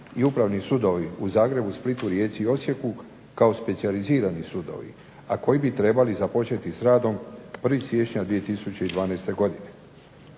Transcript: i Upravni sudovi u Zagrebu, Splitu, Rijeci i Osijeku kao specijalizirani sudovi, a koji bi trebali započeti s radom 1. siječnja 2012. godine.